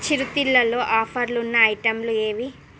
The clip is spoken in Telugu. చిరుతిళ్ళు లో ఆఫర్లున్న ఐటెంలు ఏవి